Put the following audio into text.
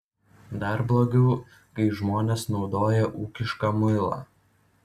dar blogiau kai žmonės naudoja ūkišką muilą